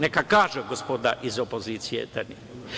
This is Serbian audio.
Neka kaže gospoda iz opozicije, da nije.